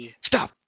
stop